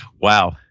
Wow